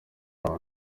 aho